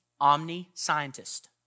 Omni-scientist